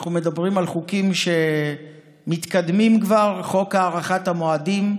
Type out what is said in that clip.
אנחנו מדברים על חוקים שמתקדמים כבר: חוק הארכת המועדים,